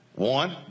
One